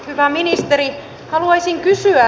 hyvä ministeri haluaisin kysyä